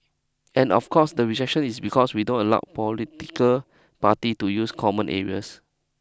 and of course the rejection is because we don't allow political parties to use common areas